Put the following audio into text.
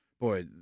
Boy